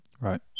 Right